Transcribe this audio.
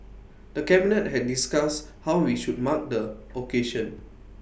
the cabinet had discussed how we should mark the occasion